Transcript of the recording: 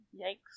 Yikes